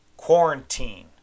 Quarantine